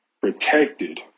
protected